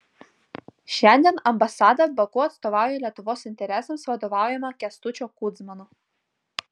šiandien ambasada baku atstovauja lietuvos interesams vadovaujama kęstučio kudzmano